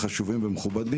דחוף.